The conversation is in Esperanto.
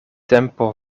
tempo